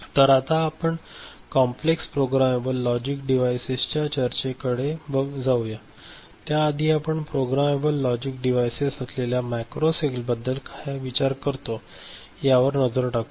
तर आता आपण कॉम्प्लेक्स प्रोग्रामेबल लॉजिक डिव्हाइस च्या चर्चेकडे जाऊया त्याआधी आपण प्रोग्रामेबल लॉजिक डिव्हाइस असलेल्या मॅक्रो सेलबद्दल काय विचार करतो यावर नजर टाकू